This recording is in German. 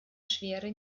schwere